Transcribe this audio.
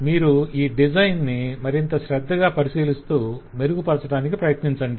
మీరు ఈ డిజైన్ ని మరింత శ్రద్ధగా పరిశీలిస్తూ మెరుగుపరచటానికి ప్రయత్నించండి